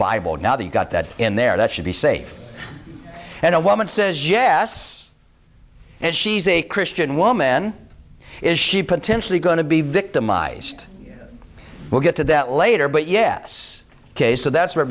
bible now they got that in there that should be safe and a woman says yes and she's a christian woman is she potentially going to be victimized we'll get to that later but yes ok so that's where it